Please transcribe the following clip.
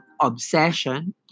obsession